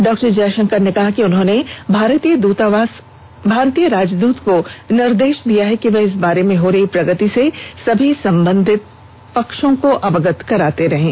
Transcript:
doctor Jaishankar ने कहा कि उन्होंने भारतीय राजदूत को निर्देश दिया है कि वह इस बारे में हो रही प्रगति से सभी संबंधित पक्षों को अवगत कराते रहें